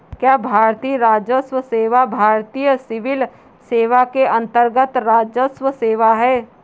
क्या भारतीय राजस्व सेवा भारतीय सिविल सेवा के अन्तर्गत्त राजस्व सेवा है?